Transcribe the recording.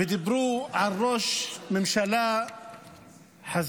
ודיברו על ראש ממשלה חזק.